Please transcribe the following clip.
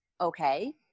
okay